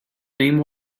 name